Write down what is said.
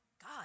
God